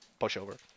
pushover